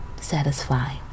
satisfy